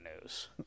news